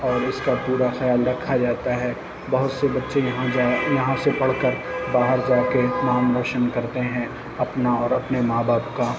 اور اِس کا پورا خیال رکھتا جاتا ہے بہت سے بچے یہاں جایا یہاں سے پڑھ کر باہر جا کے نام روشن کرتے ہیں اپنا اور اپنے ماں باپ کا